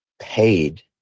Paid